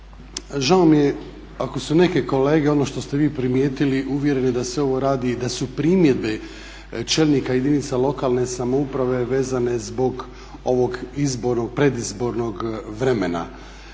žao mi je ako su neke kolege ono što ste vi primijetili uvjerili da se ovo radi da su primjedbe čelnika jedinice lokalne samouprave vezane zbog ovog predizbornog vremena,